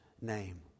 name